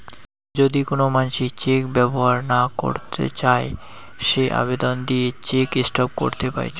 যদি কোন মানসি চেক ব্যবহর না করত চাই সে আবেদন দিয়ে চেক স্টপ করত পাইচুঙ